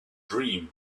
dream